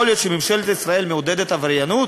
יכול להיות שממשלת ישראל מעודדת עבריינות?